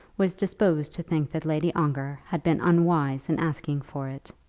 was disposed to think that lady ongar had been unwise in asking for it.